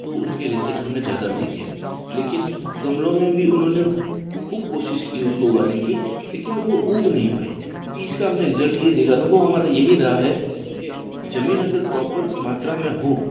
तो उसके रिज़ल्ट हमने ज़्यादा देखे लेकिन गमलों में भी उन्होंने खूब कोशिश की उसको उगाने की लेकिन वह उग नहीं पाई क्यूंकि इसका हमने रिज़ल्ट यह देखा अनुभव हमारा यही रहा है कि ज़मीन अगर प्रोपर मात्रा में हो